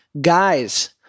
guys